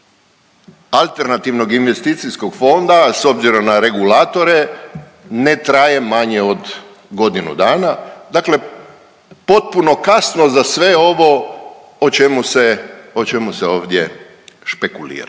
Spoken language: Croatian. alternativnog investicijskog fonda, s obzirom na regulatore, ne traje manje od godinu dana, dakle potpuno kasno za sve ovo o čemu se ovdje špekulira.